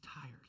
tired